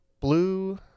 Blue